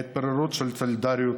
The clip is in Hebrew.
שמו מהצעת חוק צער בעלי חיים (הגנה על בעלי חיים)